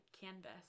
canvas